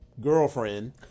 girlfriend